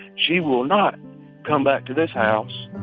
she will not come back to this house.